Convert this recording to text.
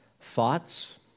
thoughts